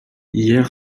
hier